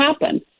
happen